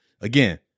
again